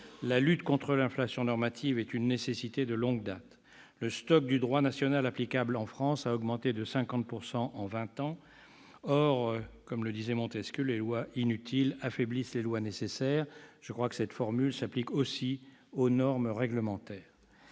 La lutte contre l'inflation normative est une nécessité de longue date. Le stock du droit national applicable en France a augmenté de 50 % en vingt ans. Or, comme le disait Montesquieu, « les lois inutiles affaiblissent les lois nécessaires »- cette formule me paraît s'appliquer aussi aux normes réglementaires.